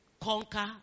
conquer